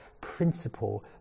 principle